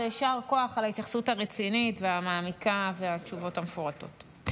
ויישר כוח על ההתייחסות הרצינית והמעמיקה והתשובות המפורטות.